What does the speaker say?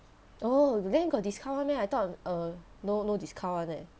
oh then got discount [one] meh I thought err no no discount [one] eh